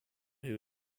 who